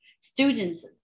students